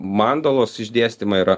mandalos išdėstymą yra